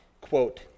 Quote